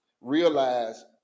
realize